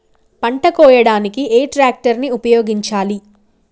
పంట కోయడానికి ఏ ట్రాక్టర్ ని ఉపయోగించాలి?